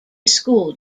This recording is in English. school